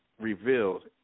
revealed